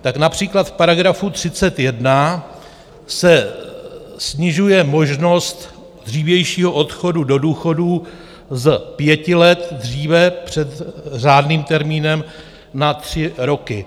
Tak například v § 31 se snižuje možnost dřívějšího odchodu do důchodu z pěti let dříve před řádným termínem na tři roky.